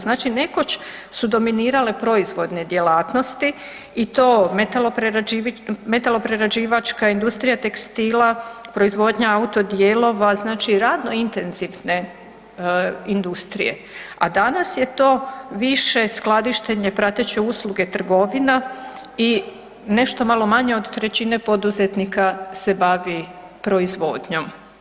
Znači, nekoć su dominirale proizvodne djelatnosti i to metaloprerađivačka industrija tekstila, proizvodnja auto dijelova, znači radno intenzivne industrije a danas je to više skladištenje prateće usluge trgovina i nešto malo manje od 1/3 poduzetnika se bavi proizvodnjom.